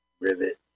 Rivet